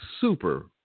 Super